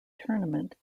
tournament